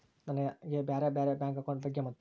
ನನಗೆ ಬ್ಯಾರೆ ಬ್ಯಾರೆ ಬ್ಯಾಂಕ್ ಅಕೌಂಟ್ ಬಗ್ಗೆ ಮತ್ತು?